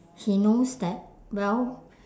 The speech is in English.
he knows that well